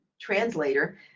translator